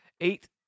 eight